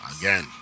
again